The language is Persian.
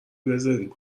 بذاریم